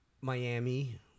Miami